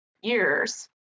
years